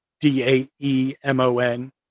D-A-E-M-O-N